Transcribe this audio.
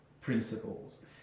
principles